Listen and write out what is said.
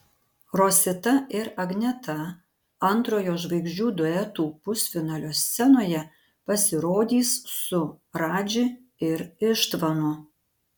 rosita ir agneta antrojo žvaigždžių duetų pusfinalio scenoje pasirodys su radži ir ištvanu